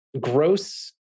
gross